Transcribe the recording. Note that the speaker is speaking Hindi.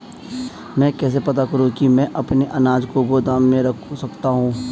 मैं कैसे पता करूँ कि मैं अपने अनाज को गोदाम में रख सकता हूँ?